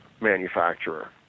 manufacturer